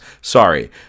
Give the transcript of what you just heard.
sorry